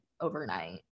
overnight